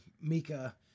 Mika